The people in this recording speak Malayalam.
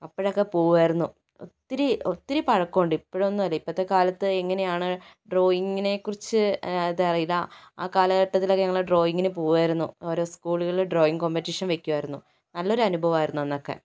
അപ്പോഴൊക്കെ പോകുമായിരുന്നു ഒത്തിരി ഒത്തിരി പഴക്കമുണ്ട് ഇപ്പോഴൊന്നുമല്ല ഇപ്പോഴത്തെക്കാലത്ത് എങ്ങനെയാണ് ഡ്രോയിങിനെക്കുറിച്ച് അതറിയില്ല ആ കാലഘട്ടത്തിലൊക്കെ ഞങ്ങൾ ഡ്രോയിങിന് പോകുമായിരുന്നു ഓരോ സ്കൂളുകളിൽ ഡ്രോയിങ് കോംബറ്റീഷൻ വെയ്ക്കുമായിരുന്നു നല്ലൊരു അനുഭവമായിരുന്നു അന്നൊക്കെ